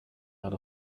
out